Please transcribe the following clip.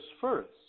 first